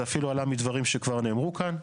זה אפילו עלה מדברים שכבר נאמרו כאן.